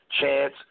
Chance